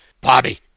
Bobby